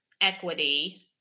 equity